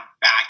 back